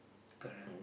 correct